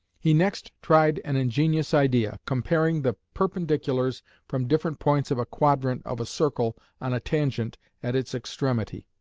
he next tried an ingenious idea, comparing the perpendiculars from different points of a quadrant of a circle on a tangent at its extremity.